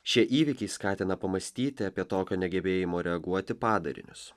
šie įvykiai skatina pamąstyti apie tokio negebėjimo reaguoti padarinius